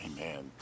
Amen